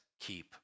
keep